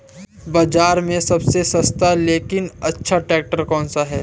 बाज़ार में सबसे सस्ता लेकिन अच्छा ट्रैक्टर कौनसा है?